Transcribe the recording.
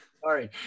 Sorry